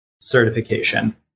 certification